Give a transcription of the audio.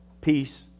peace